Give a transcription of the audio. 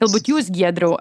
galbūt jūs giedriau